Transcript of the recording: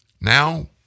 Now